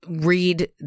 read